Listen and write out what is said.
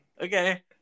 Okay